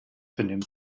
benimmt